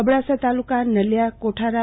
Abdasa taluka Naliya Kothara